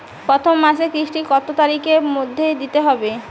প্রথম মাসের কিস্তি কত তারিখের মধ্যেই দিতে হবে?